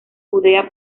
judea